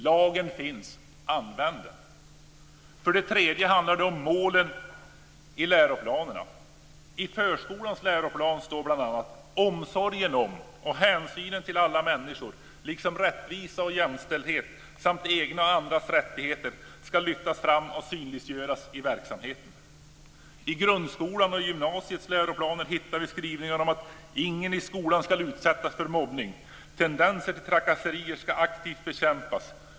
Lagen finns - använd den! För det tredje handlar det om målen i läroplanerna. I förskolans läroplan står det bl.a.: "Omsorg om och hänsyn till andra människor, liksom rättvisa och jämställdhet samt egna och andras rättigheter ska lyftas fram och synliggöras i verksamheten." I grundskolans och gymnasiets läroplaner hittar vi skrivningar om att "ingen i skolan skall utsättas för mobbning. Tendenser till trakasserier skall aktivt bekämpas.